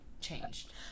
changed